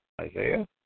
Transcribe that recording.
Isaiah